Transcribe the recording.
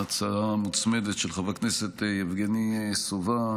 וההצעה המוצמדת של חבר הכנסת יבגני סובה,